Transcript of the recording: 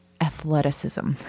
athleticism